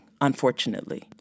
unfortunately